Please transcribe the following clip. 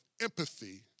empathy